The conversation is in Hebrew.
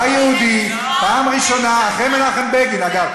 בא יהודי, פעם ראשונה אחרי מנחם בגין, אגב.